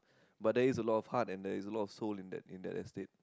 but there is a lot of heart and there is a lot of soul in that in that estate